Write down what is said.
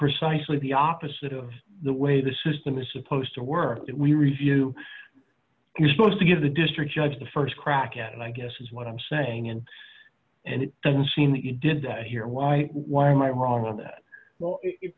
precisely the opposite of the way the system is supposed to work that we review is supposed to give the district judge the st crack at it i guess is what i'm saying and and it doesn't seem that you did that here why why am i wrong on that well